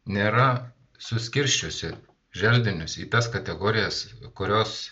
nėra suskirsčiusi želdinius į tas kategorijas kurios